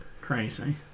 Crazy